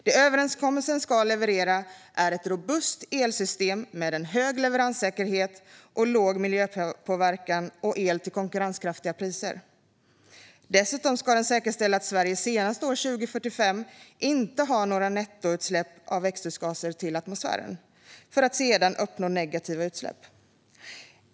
Det överenskommelsen ska leverera är "ett robust elsystem med en hög leveranssäkerhet, en låg miljöpåverkan och el till konkurrenskraftiga priser". Den ska dessutom säkerställa att Sverige senast år 2045 inte har några nettoutsläpp av växthusgaser till atmosfären. Sedan ska vi uppnå negativa utsläpp.